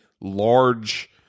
large